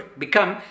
become